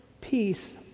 peace